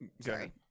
sorry